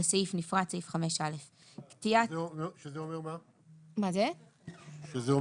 לסעיף נפרד סעיף 5א. ומה זה אומר?